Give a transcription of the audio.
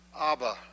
Abba